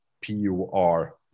P-U-R